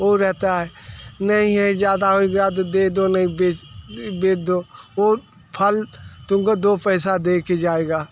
वो रहता है नहीं है ज़्यादा दे दो नहीं भेज भेज दो वो फल तुम को दो पैसा दे के जाएगा